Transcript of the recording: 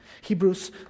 Hebrews